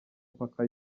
mpaka